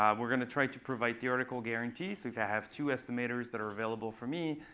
um we're going to try to provide theoretical guarantees. we have two estimators that are available for me